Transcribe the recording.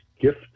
gift